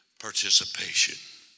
participation